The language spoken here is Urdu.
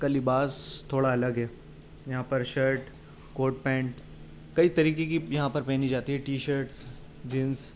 کا لباس تھوڑا الگ ہے یہاں پر شرٹ کوٹ پینٹ کئی طریقے کی یہاں پر پہنی جاتی ہے ٹی شرٹس جینس